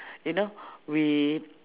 you know we